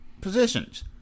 positions